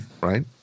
right